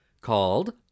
called